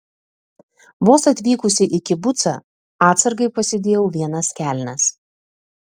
vos atvykusi į kibucą atsargai pasidėjau vienas kelnes